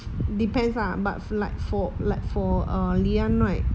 depends lah but for like for like for ah err leanne right